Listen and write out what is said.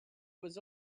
was